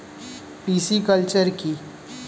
Pisciculture কি?